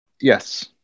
Yes